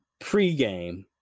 pregame